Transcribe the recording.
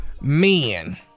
Men